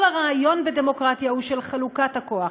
כל הרעיון בדמוקרטיה הוא של חלוקת הכוח,